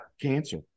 cancer